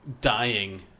dying